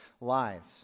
lives